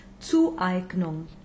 Zueignung